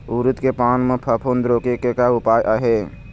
उरीद के पान म फफूंद रोके के का उपाय आहे?